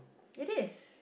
it is